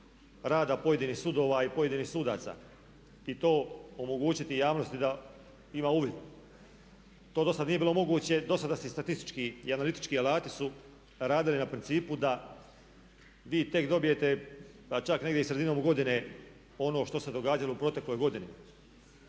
rada pojedinih sudova i pojedinih sudaca i to omogućiti javnosti da ima uvid. To dosad nije bilo moguće, dosada su statistički i analitički alati rađeni na principu da vi tek dobijete pa čak negdje i sredinom godine ono što se događalo u protekloj godini.